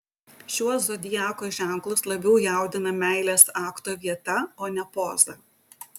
šiuos zodiako ženklus labiau jaudina meilės akto vieta o ne poza